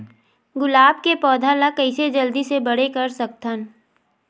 गुलाब के पौधा ल कइसे जल्दी से बड़े कर सकथन?